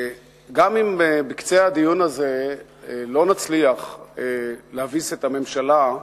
גם אם בקצה הדיון הזה לא נצליח להביס את הממשלה,